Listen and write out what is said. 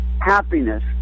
happiness